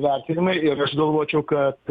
vertinimai ir aš galvočiau kad